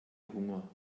hunger